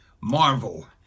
Marvel